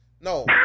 No